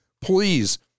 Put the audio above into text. please